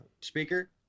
speaker